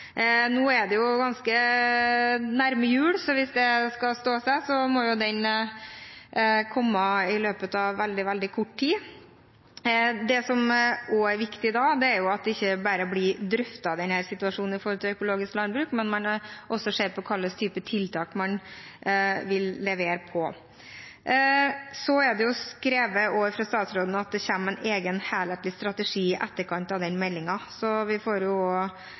Nå er det jo ganske nær jul, så hvis det skal stå seg, må jo den komme i løpet av veldig kort tid. Det som også er viktig da, er at situasjonen rundt økologisk landbruk ikke bare blir drøftet, men at man også ser på hvilke type tiltak man vil levere på. Statsråden skrev også at det kommer en egen, helhetlig strategi i etterkant av den meldingen, så vi får